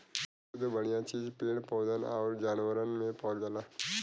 सुद्ध बढ़िया चीज पेड़ पौधन आउर जानवरन में पावल जाला